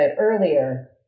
earlier